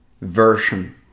version